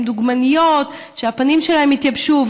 עם דוגמניות שהפנים שלהם התייבשו,